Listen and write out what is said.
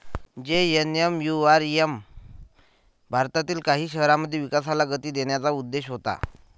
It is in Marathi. जे.एन.एन.यू.आर.एम भारतातील काही शहरांमध्ये विकासाला गती देण्याचा उद्देश होता